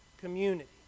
community